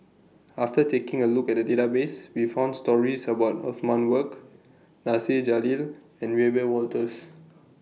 after taking A Look At The Database We found stories about Othman Wok Nasir Jalil and Wiebe Wolters